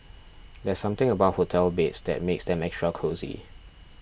there's something about hotel beds that makes them extra cosy